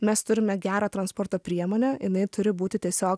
mes turime gerą transporto priemonę jinai turi būti tiesiog